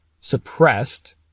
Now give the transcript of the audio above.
suppressed